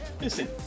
listen